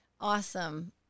Awesome